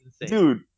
dude